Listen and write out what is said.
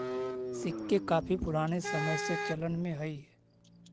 सिक्के काफी पूराने समय से चलन में हई